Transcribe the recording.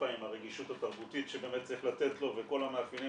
הרגישות התרבותית שבאמת צריך לתת לו וכל המאפיינים